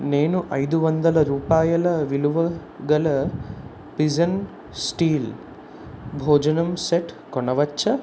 నేను ఐదువందల రూపాయల విలువగల పిజెన్ స్టీల్ భోజనం సెట్ కొనవచ్చా